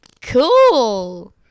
Cool